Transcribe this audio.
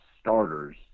starters